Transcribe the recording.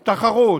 תחרות,